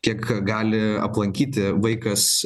kiek gali aplankyti vaikas